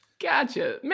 Gotcha